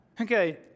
okay